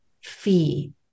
fee